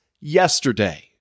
yesterday